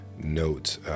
note